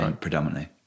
Predominantly